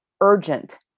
urgent